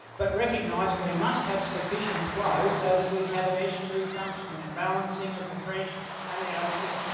but recognise we must have sufficient flow so that we have an estuary functioning, a balancing of the fresh and the ocean.